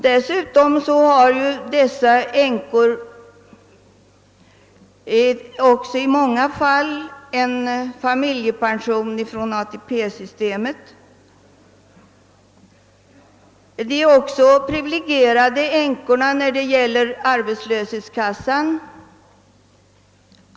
Dessutom har dessa änkor i många fall också en familjepension från ATP-systemet. Änkorna är också privilegierade när det gäller ersättning från arbetslöshetskassan.